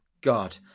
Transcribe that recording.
God